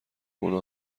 اونها